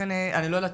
אני לא יודעת,